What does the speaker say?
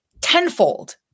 tenfold